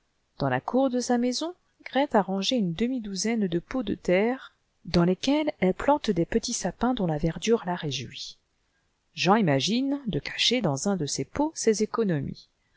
dans la cour de sa maison grethe a rangé une demi-douzaine de pots de terre dans lesquels elle plante des petits sapins dont la verdure la réjouit jean imagine de cacher dans un de ces pots ses économies